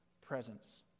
presence